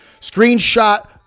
Screenshot